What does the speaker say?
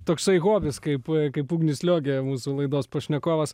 toksai hobis kaip kaip ugnius liogė mūsų laidos pašnekovas